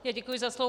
Já děkuji za slovo.